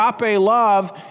love